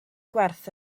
gwerth